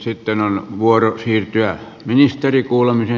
sitten on vuoro siirtyä ministerikuulemiseen